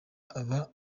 aba